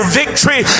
victory